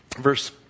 Verse